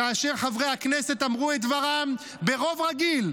כאשר חברי הכנסת אמרו את דברם ברוב רגיל,